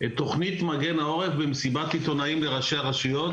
את תוכנית מגן העורף במסיבת עיתונאים לראשי הרשויות,